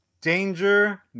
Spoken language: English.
danger